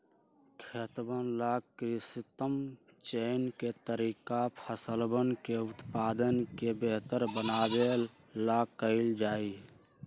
खेतवन ला कृत्रिम चयन के तरीका फसलवन के उत्पादन के बेहतर बनावे ला कइल जाहई